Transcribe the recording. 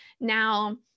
Now